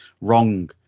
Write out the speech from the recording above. wrong